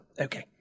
Okay